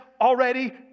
already